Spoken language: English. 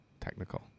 technical